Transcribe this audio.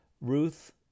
Ruth